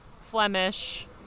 Flemish